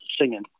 singing